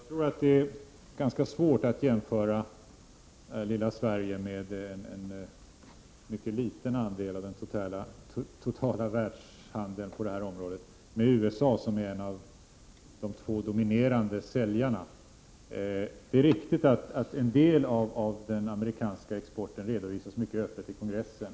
Herr talman! Jag tror att det är ganska svårt att jämföra lilla Sverige — som har en mycket liten andel av den totala världshandeln på detta område — med USA som är en av de två dominerande säljarna. Det är riktigt att en del av den amerikanska exporten redovisas mycket öppet i kongressen.